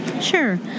Sure